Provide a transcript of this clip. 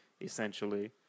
essentially